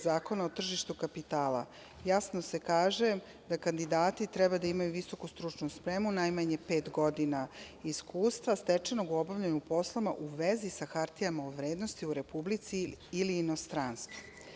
Zakona o tržištu kapitala jasno se kaže da kandidati treba da imaju visoku stručnu spremu, najmanje pet godina iskustva stečenog obaljanju poslova u vezi sa hartijama od vrednosti u Republici ili inostranstvu.